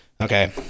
Okay